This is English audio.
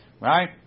right